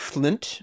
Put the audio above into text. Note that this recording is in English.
Flint